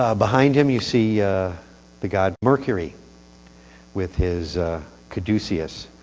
ah behind him you see the god mercury with his caduceus.